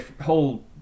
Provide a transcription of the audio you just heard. whole